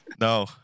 No